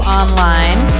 online